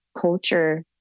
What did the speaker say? culture